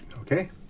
okay